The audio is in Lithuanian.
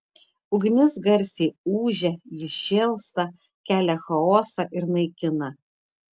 ugnis garsiai ūžia ji šėlsta kelia chaosą ir naikina